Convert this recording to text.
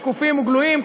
שקופים וגלויים.